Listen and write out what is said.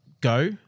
go